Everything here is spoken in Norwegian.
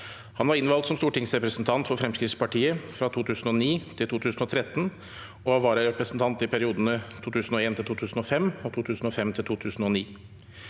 Han var innvalgt som stortingsrepresentant for Fremskrittspartiet fra 2009 til 2013 og var vararepresentant i periodene 2001–2005 og 2005–2009.